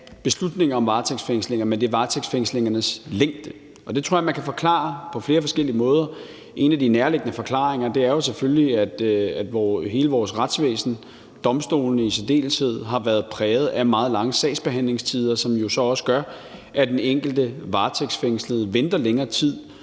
beslutninger om varetægtsfængsling, men at det er varetægtsfængslingernes længde. Og det tror jeg man kan forklare på flere forskellige måder. En af de nærliggende forklaringer er selvfølgelig, at hele vores retsvæsen, domstolene i særdeleshed, har været præget af meget lange sagsbehandlingstider, som jo så også gør, at den enkelte varetægtsfængslede venter længere tid